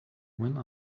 one